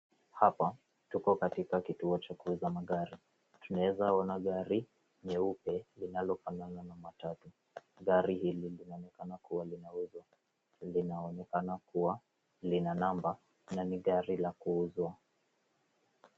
Hapa tuko katika kituo cha kuuza magari, tunaeza kuona gari nyeupe linalofanana na matatu, gari hili linaonekana kuwa linauzwa, linaonekana kuwa lina namba na ni gari la kuuzwa.